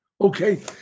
Okay